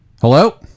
hello